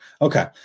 Okay